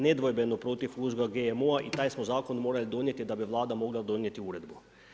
nedvojbeno protiv uzgoja GMO-a i taj smo Zakon morali donijeti da bi Vlada mogla donijeti Uredbu.